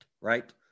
right